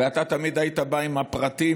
ואתה תמיד היית בא עם הפרטים,